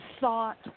thought